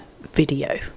video